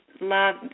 love